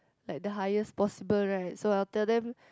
like the highest possible right so I will tell them